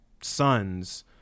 sons